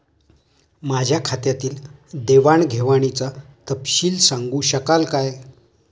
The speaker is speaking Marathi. माझ्या खात्यातील देवाणघेवाणीचा तपशील सांगू शकाल काय?